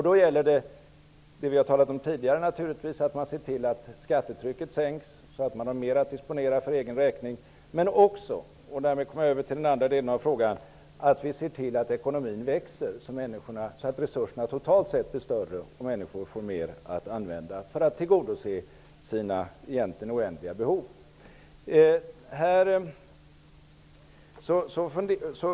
Då gäller det, som vi har sagt tidigare, naturligtvis att se till att skattetrycket sänks så att människorna har mer att disponera för egen räkning men också -- och därmed kommer jag över till den andra frågan -- att se till att ekonomin växer, så att resurserna totalt sett blir större och människorna får mer pengar som de kan använda för att tillgodose sina egentligen oändliga behov.